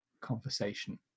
conversation